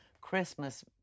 Christmas